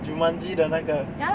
jumanji 的那个